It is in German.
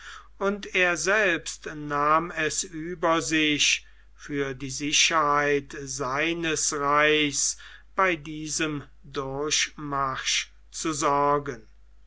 und er selbst nahm es über sich für die sicherheit seines reichs bei diesem durchmarsche zu sorgen